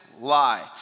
lie